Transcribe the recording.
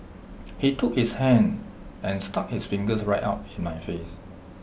he took his hand and stuck his fingers right up in my face